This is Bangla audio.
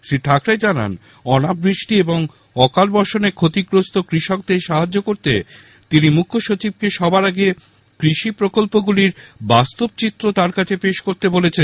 শ্রী ঠাকরে জানান অনাবৃষ্টি এবং অকাল বর্ষণে ক্ষতিগ্রস্ত কৃষকদের সাহায্য করতে তিনি মুখ্য সচিবকে সবার আগে কৃষি প্রকল্পগুলির বাস্তব চিত্র তাঁর কাছে পেশ করতে বলেছেন